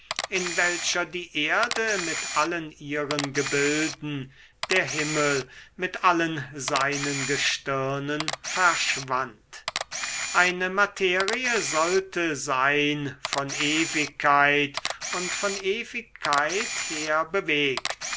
in welcher die erde mit allen ihren gebilden der himmel mit allen seinen gestirnen verschwand eine materie sollte sein von ewigkeit und von ewigkeit her bewegt